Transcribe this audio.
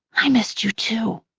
i missed you, too.